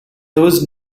was